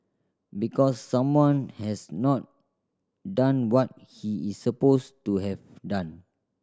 because someone has not done what he is supposed to have done